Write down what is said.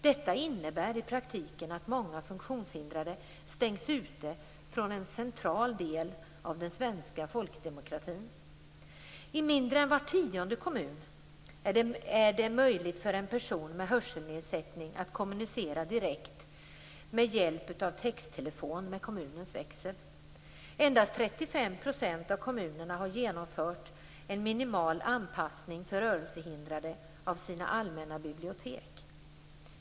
Detta innebär i praktiken att många funktionshindrade stängs ute från en central del av den svenska folkdemokratin. I mindre än var tionde kommun är det möjligt för en person med hörselnedsättning att kommunicera direkt med kommunens växel med hjälp av texttelefon. Endast 35 % av kommunerna har genomfört en minimal anpassning för rörelsehindrade av sina allmänna bibliotek.